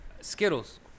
Skittles